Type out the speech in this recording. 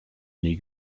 nie